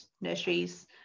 nurseries